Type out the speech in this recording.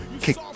kick